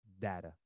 data